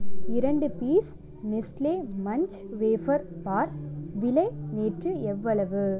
இரண்டு piece Nestle Munch wafer bar விலை நேற்று எவ்வளவு